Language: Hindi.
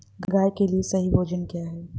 गाय के लिए सही भोजन क्या है?